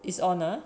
is on ah